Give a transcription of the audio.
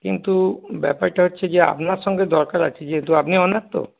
কিন্তু ব্যাপারটা হচ্ছে যে আপনার সঙ্গে দরকার আছে যেহেতু আপনি ওনার তো